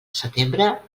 setembre